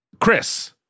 Chris